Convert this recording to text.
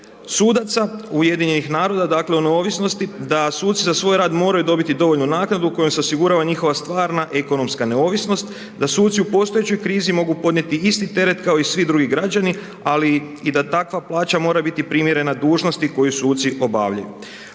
sudaca, UN, dakle o neovisnosti da suci za svoj rad moraju dobiti dovoljnu naknadu kojom se osigurava njihova stvarna ekonomska neovisnost da suci u postojećoj krizi mogu podnijeti isti teret kao i svi drugi građani ali i da takva plaća mora biti primjerena dužnosti koju suci obavljaju.